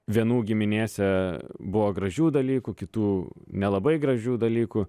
vienų giminėse buvo gražių dalykų kitų nelabai gražių dalykų